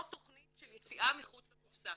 זה תכנית של יציאה מחוץ לקופסה.